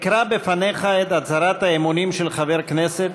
אקרא לפניך את הצהרת האמונים של חבר הכנסת,